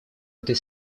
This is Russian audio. этой